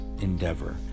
endeavor